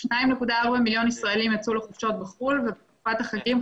2.4 מיליון ישראלים יצאו לחופשות בחו"ל ובתקופת החגים,